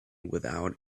without